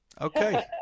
Okay